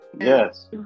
Yes